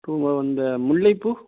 வந்து அந்த முல்லை பூ